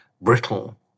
brittle